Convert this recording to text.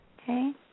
Okay